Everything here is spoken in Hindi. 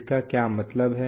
इसका क्या मतलब है